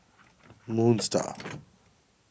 Moon Star